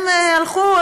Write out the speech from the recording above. הלכו,